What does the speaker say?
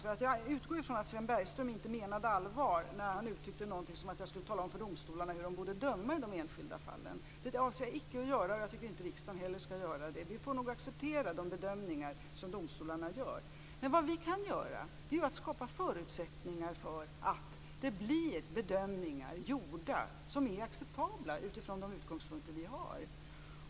Jag utgår nämligen från att Sven Bergström inte menade allvar med att jag skulle tala om för domstolarna hur de borde döma i de enskilda fallen. Det avser jag icke att göra, och jag tycker inte heller att riksdagen skall göra det. Vi får nog acceptera de bedömningar som domstolarna gör. Men vad vi kan göra är att skapa förutsättningar för att de bedömningar som görs blir acceptabla utifrån de utgångspunkter vi har.